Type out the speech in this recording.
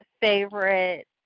favorite